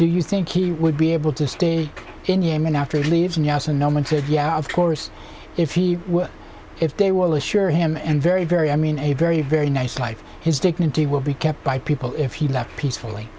do you think he would be able to stay in yemen after he leaves and yes and no one said yeah of course if he if they will assure him and very very i mean a very very nice life his dignity will be kept by people if he left peacefully